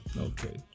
okay